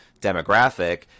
demographic